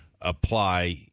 apply